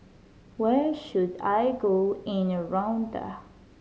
where should I go in Rwanda